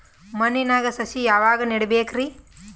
ಮಣ್ಣಿನಾಗ ಸಸಿ ಯಾವಾಗ ನೆಡಬೇಕರಿ?